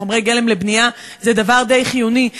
וחומרי גלם לבנייה זה דבר די חיוני,